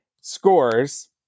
scores